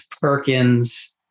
Perkins